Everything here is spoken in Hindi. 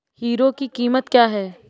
हीरो की कीमत क्या है?